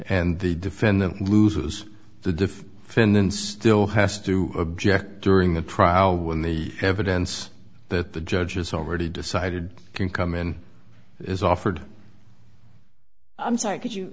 and the defendant loses the diff finn then still has to object during the trial when the evidence that the judge has already decided can come in is offered i'm sorry could you